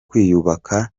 kwiyubaka